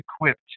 equipped